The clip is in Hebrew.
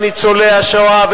וניצולי השואה,